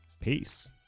Peace